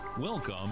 Welcome